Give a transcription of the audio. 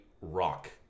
rock